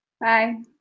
Bye